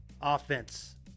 offense